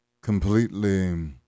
completely